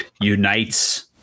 unites